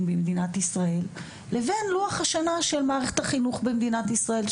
במדינת ישראל לבין לוח השנה של מערכת החינוך במדינת ישראל.